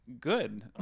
good